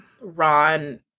Ron